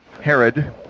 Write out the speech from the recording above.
Herod